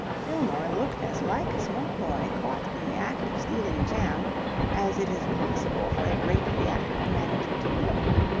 fillmore looked as like a small boy caught in the act of stealing jam as it is possible for a great theatrical manager to look.